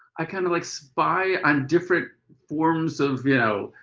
i kind of like spy on different forms of, you know,